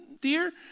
dear